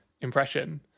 impression